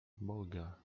boga